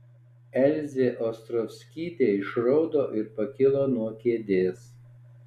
elzė ostrovskytė išraudo ir pakilo nuo kėdės